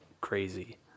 crazy